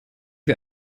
wir